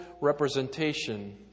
representation